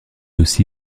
aussi